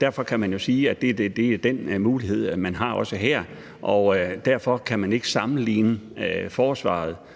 Derfor kan man jo sige, at det er den mulighed, man har også her, og derfor kan man ikke sammenligne Forsvaret